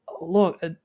look